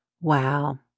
Wow